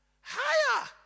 higher